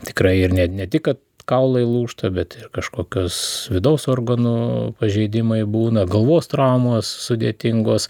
tikrai ir ne ne tik kad kaulai lūžta bet ir kažkokios vidaus organų pažeidimai būna galvos traumos sudėtingos